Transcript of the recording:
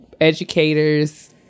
educators